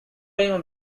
him